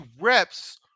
reps